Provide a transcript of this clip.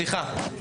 סליחה,